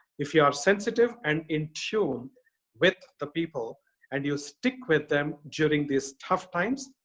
if you are sensitive and in tune with the people and you stick with them during these tough times,